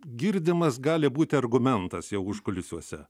girdimas gali būti argumentas jau užkulisiuose